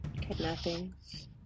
kidnappings